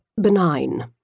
benign